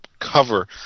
cover